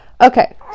Okay